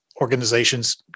organizations